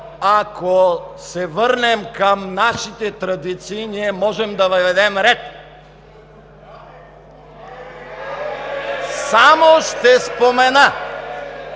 ако се върнем към нашите традиции, ние можем да въведем ред! (Възгласи